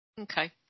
Okay